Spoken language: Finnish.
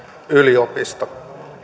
yliopisto